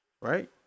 Right